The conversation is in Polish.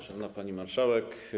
Szanowna Pani Marszałek!